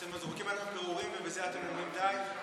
אתם זורקים עלינו פירורים ובזה אתם אומרים די?